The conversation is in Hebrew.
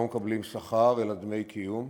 לא מקבלים שכר אלא דמי קיום.